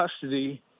custody